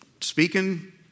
speaking